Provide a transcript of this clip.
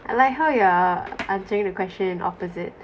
I like how you're answering the question in opposite